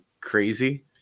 crazy